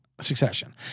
Succession